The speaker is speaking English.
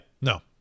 no